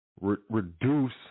reduce